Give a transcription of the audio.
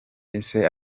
ese